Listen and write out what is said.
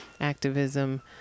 activism